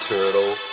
Turtle